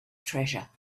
treasure